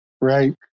Right